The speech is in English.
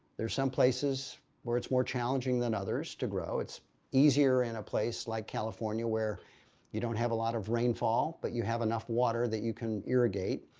there are some places where it's more challenging than others to grow. it's easier in a place like california, where you don't have a lot of rainfall but you have enough water that you can irrigate,